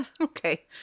Okay